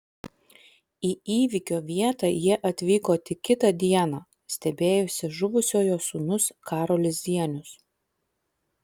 į įvykio vietą jie atvyko tik kitą dieną stebėjosi žuvusiojo sūnus karolis zienius